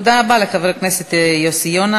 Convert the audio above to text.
תודה רבה לחבר הכנסת יוסי יונה.